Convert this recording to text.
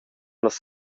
las